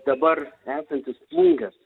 dabar esantis plungės